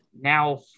Now